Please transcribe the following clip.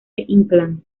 inclán